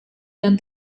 dan